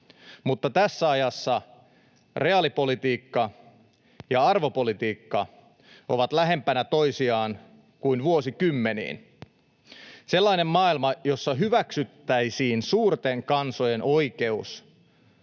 mutta tässä ajassa reaalipolitiikka ja arvopolitiikka ovat lähempänä toisiaan kuin vuosikymmeniin. Sellainen maailma, jossa hyväksyttäisiin suurten kansojen oikeus